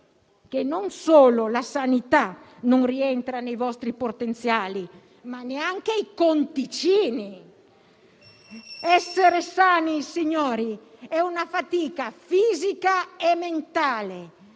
che non solo la sanità non rientra nei vostri potenziali, ma neanche i "conticini". Essere sani, signori, è una fatica fisica e mentale,